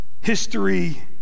History